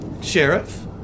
sheriff